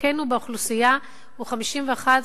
באוכלוסייה הוא 51%,